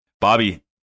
Bobby